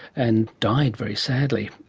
and died very sadly.